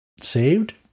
saved